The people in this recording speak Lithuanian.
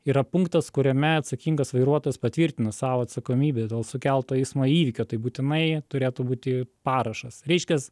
yra punktas kuriame atsakingas vairuotojas patvirtina savo atsakomybę dėl sukelto eismo įvykio tai būtinai turėtų būti parašas reiškias